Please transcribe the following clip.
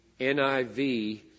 NIV